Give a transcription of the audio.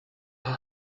her